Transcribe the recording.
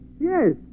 Yes